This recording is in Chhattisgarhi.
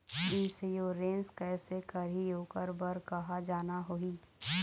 इंश्योरेंस कैसे करही, ओकर बर कहा जाना होही?